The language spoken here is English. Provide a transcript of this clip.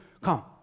Come